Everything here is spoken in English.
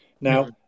now